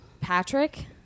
Patrick